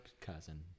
cousin